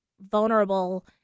vulnerable